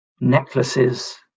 Necklaces